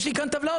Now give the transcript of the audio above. יש לי כאן טבלאות,